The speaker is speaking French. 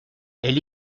elle